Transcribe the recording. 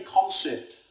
concept